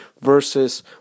versus